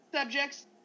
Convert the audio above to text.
subjects